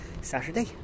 Saturday